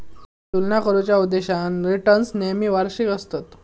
तुलना करुच्या उद्देशान रिटर्न्स नेहमी वार्षिक आसतत